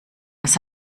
was